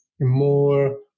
more